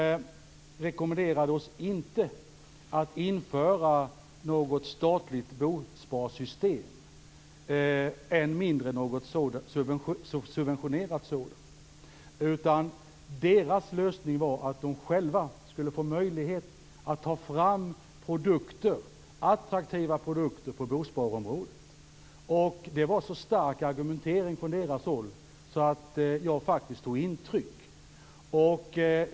De rekommenderade oss inte att införa något statligt bosparsystem, och än mindre något subventionerat sådant. Deras lösning var att de själva skulle få möjlighet att ta fram attraktiva produkter på bosparområdet. Argumenteringen från deras håll var så stark att jag faktiskt tog intryck.